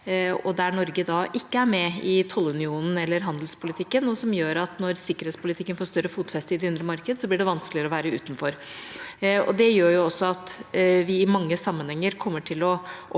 Norge da ikke er med i tollunionen eller handelspolitikken, og når sikkerhetspolitikken får større fotfeste i det indre marked, blir det vanskeligere å være utenfor. Det gjør også at vi i mange sammenhenger kommer til å